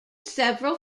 several